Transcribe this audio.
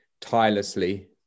tirelessly